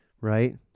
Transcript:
Right